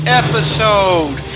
episode